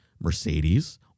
Mercedes